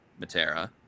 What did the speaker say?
Matera